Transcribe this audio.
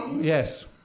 Yes